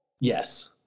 Yes